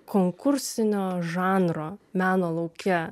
konkursinio žanro meno lauke